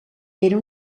era